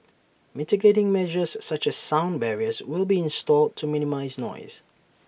mitigating measures such as sound barriers will be installed to minimise noise